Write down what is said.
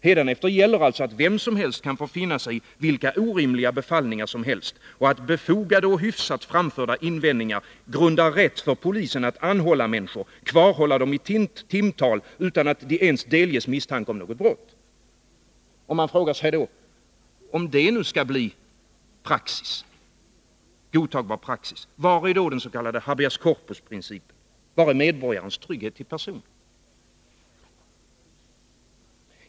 Hädanefter gäller alltså att vem som helst kan få finna sig i vilka orimliga befallningar som helst och att befogade och hyfsat framförda invändningar grundar rätt för polisen att anhålla människor, kvarhålla dem i timtal utan att de ens delges misstanke om något brott. Man frågar sig: Om detta nu skall bli godtagbar praxis, var är då habeas corpus-principen, var är då medborgarens trygghet till person?